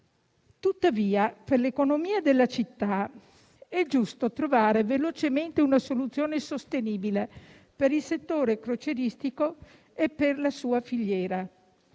Tuttavia, per l'economia della città è giusto trovare velocemente una soluzione sostenibile per il settore crocieristico e per la sua filiera.